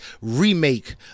remake